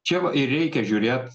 čia va ir reikia žiūrėt